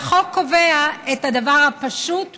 החוק קובע את הדבר הפשוט ביותר: